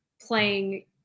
playing